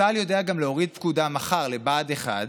צה"ל יודע גם להוריד פקודה מחר לבה"ד 1,